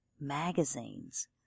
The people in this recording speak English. magazines